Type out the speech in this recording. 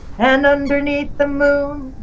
and underneath the moon.